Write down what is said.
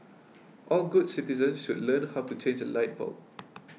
all good citizens should learn how to change a light bulb